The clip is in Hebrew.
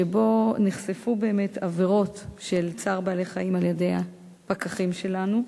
שבו נחשפו באמת עבירות של צער בעלי-חיים על-ידי הפקחים שלנו,